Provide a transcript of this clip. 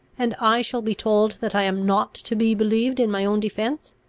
and i shall be told that i am not to be believed in my own defence.